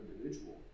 individual